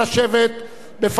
בפנינו שתי הצעות אי-אמון,